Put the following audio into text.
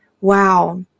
Wow